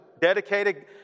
dedicated